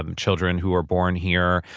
um children who are born here.